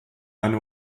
eine